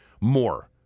more